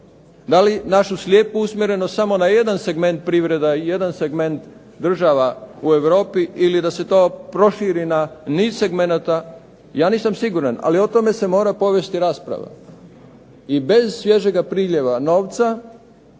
Da li našu slijepu usmjerenost samo na jedan segment privreda i jedan segment država u Europi ili da se to proširi na niz segmenata? Ja nisam siguran, ali o tome se mora provesti rasprava. I bez svježeg priljeva novca